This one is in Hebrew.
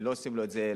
לא עושים לו את זה.